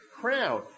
crown